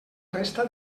resta